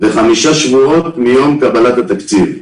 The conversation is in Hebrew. ל-5 שבועות מיום קבלת התקציב.